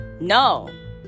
No